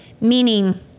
Meaning